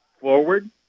forward